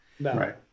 Right